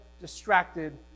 distracted